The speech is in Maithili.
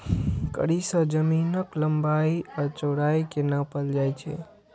कड़ी सं जमीनक लंबाइ आ चौड़ाइ कें नापल जाइ छै